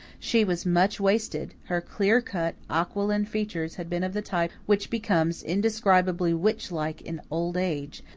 she was much wasted her clear-cut, aquiline features had been of the type which becomes indescribably witch-like in old age,